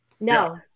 No